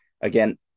Again